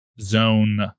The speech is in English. zone